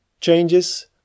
changes